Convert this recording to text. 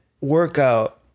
workout